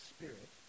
Spirit